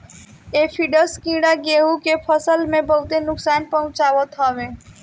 aphids कीड़ा गेंहू के फसल के बहुते नुकसान पहुंचावत हवे